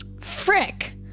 Frick